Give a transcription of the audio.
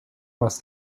must